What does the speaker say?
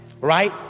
Right